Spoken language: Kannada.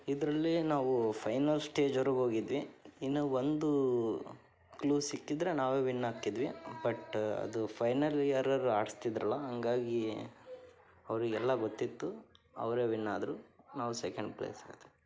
ಇದರಲ್ಲಿ ನಾವು ಫೈನಲ್ ಸ್ಟೇಜ್ವರೆಗೂ ಹೋಗಿದ್ವಿ ಇನ್ನು ಒಂದು ಕ್ಲೂ ಸಿಕ್ಕಿದ್ದರೆ ನಾವೇ ವಿನ್ ಆಕ್ಕಿದ್ವಿ ಬಟ್ ಅದು ಫೈನಲ್ ಈಯರರು ಆಡ್ಸ್ತಿದ್ರಲ್ಲ ಹಾಗಾಗಿ ಅವರಿಗೆಲ್ಲ ಗೊತ್ತಿತ್ತು ಅವರೇ ವಿನ್ನಾದರು ನಾವು ಸೆಕೆಂಡ್ ಪ್ರೈಸ್ ಬಂದ್ವಿ